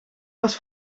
was